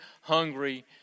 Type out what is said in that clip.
hungry